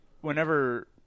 whenever